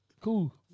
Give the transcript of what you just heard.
cool